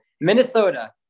Minnesota